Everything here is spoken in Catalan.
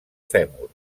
fèmur